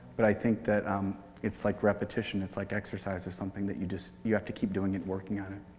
but i think that um it's like repetition, it's like exercise or something that you just you have to keep doing it, working on it.